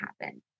happen